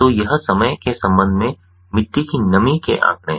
तो यह समय के संबंध में मिट्टी की नमी के आंकड़े हैं